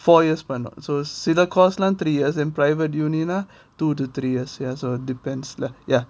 four years பண்ணனும்:pannanum so சில:sila course lah three years in private uni lah two to three years ya so depends lah ya